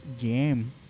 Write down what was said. game